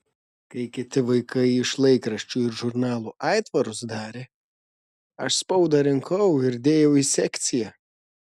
kai kiti vaikai iš laikraščių ir žurnalų aitvarus darė aš spaudą rinkau ir dėjau į sekciją